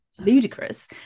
ludicrous